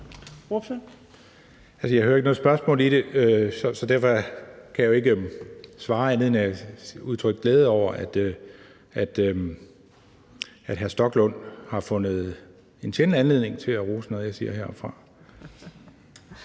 Jeg hører ikke noget spørgsmål, så derfor kan jeg jo ikke svare andet end at udtrykke glæde over, at hr. Rasmus Stoklund har fundet en sjælden anledning til at rose noget, jeg siger heroppefra.